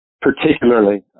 particularly